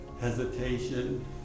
hesitation